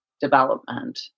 development